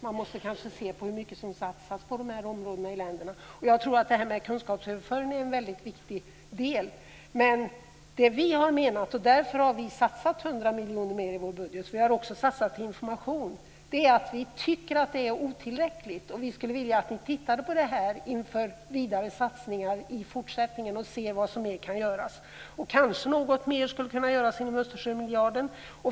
Man måste kanske se på hur mycket som satsas på de här områdena i länderna. Jag tror att det här med kunskapsöverföring är en väldigt viktig del. Men det vi har menat, och därför har vi satsat 100 miljoner kronor mer i vår budget, också på information, är att vi tycker att det är otillräckligt. Vi skulle vilja att ni tittar på det här inför vidare satsningar i fortsättningen och ser vad som kan göras mer. Kanske skulle något mer kunna göras inom Östersjömiljarden.